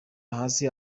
hasi